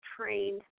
trained